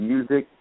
Music